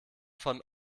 von